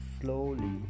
slowly